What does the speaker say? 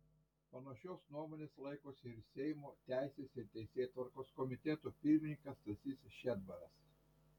panašios nuomonės laikosi ir seimo teisės ir teisėtvarkos komiteto pirmininkas stasys šedbaras